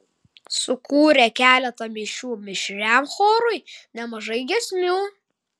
sukūrė keletą mišių mišriam chorui nemažai giesmių